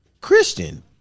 Christian